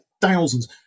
thousands